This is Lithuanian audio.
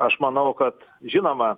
aš manau kad žinoma